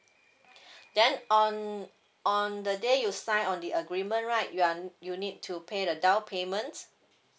then on on the day you sign on the agreement right you are you need to pay the down payment